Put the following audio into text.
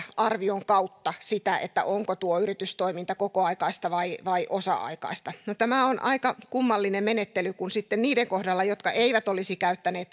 arvion kautta sitä onko tuo yritystoiminta kokoaikaista vai vai osa aikaista no tämä on aika kummallinen menettely kun sitten niiden kohdalla jotka eivät olisi käyttäneet